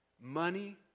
money